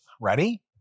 ready